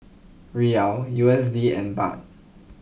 Riyal U S D and Baht